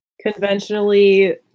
conventionally